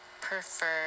prefer